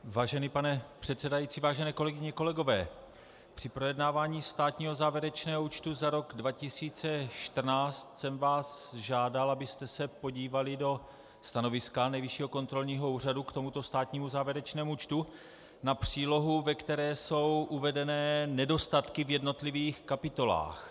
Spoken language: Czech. Vážený pane předsedající, vážené kolegyně, kolegové, při projednávání státního závěrečného účtu za rok 2014 jsem vás žádal, abyste se podívali do stanoviska Nejvyššího kontrolního úřadu k tomuto státnímu závěrečnému účtu, na přílohu, kde jsou uvedeny nedostatky v jednotlivých kapitolách.